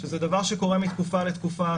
שזה דבר שקורה מתקופה לתקופה,